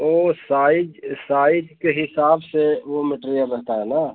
वो size size के हिसाब से वो मटेरियल रहता है न